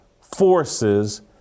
forces